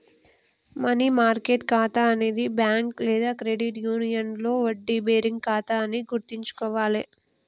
money market ఖాతా అనేది bank లేదా క్రెడిట్ యూనియన్లో వడ్డీ బేరింగ్ ఖాతా అని గుర్తుంచుకోవాలే